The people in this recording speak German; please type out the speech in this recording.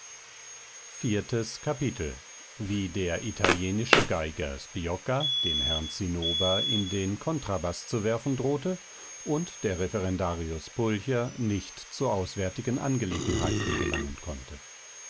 viertes kapitel wie der italienische geiger sbiocca den herrn zinnober in den kontrabaß zu werfen drohte und der referendarius pulcher nicht zu auswärtigen angelegenheiten gelangen konnte